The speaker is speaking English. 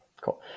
Cool